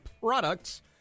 products